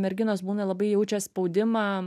merginos būna labai jaučia spaudimą